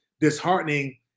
disheartening